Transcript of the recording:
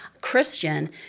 Christian